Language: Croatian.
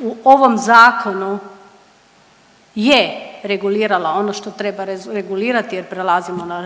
u ovom zakonu je regulirala ono što treba regulirati jer prelazimo na